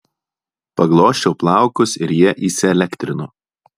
paglosčiau plaukus ir jie įsielektrino